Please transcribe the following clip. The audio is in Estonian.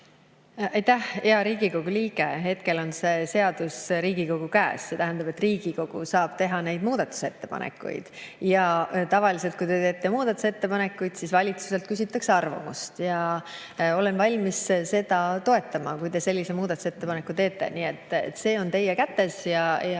Aitäh, hea Riigikogu liige! Hetkel on see seadus Riigikogu käes, see tähendab, et Riigikogu saab teha muudatusettepanekuid. Tavaliselt, kui te teete muudatusettepanekuid, siis küsitakse valitsuselt arvamust. Olen valmis seda toetama, kui te sellise muudatusettepaneku teete. Nii et see on teie kätes ja